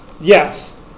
Yes